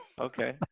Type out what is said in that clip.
Okay